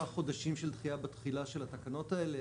חודשים של דחייה בתחילה של התקנות האלה,